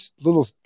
little